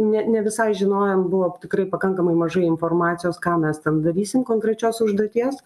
ne ne visai žinojom buvo tikrai pakankamai mažai informacijos ką mes ten darysim konkrečios užduoties